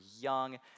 young